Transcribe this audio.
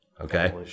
Okay